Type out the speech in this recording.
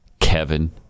Kevin